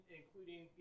including